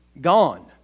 gone